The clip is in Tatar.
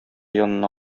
янына